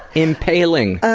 impaling!